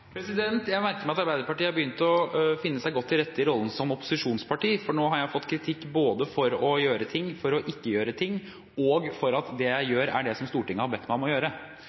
Jeg merker meg at Arbeiderpartiet har begynt å finne seg godt til rette i rollen som opposisjonsparti, for nå har jeg fått kritikk både for å gjøre ting og for ikke å gjøre ting – og for at det jeg gjør, er det som Stortinget har bedt meg om å gjøre.